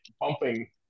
bumping